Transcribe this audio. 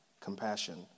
compassion